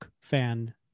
fan